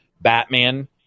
Batman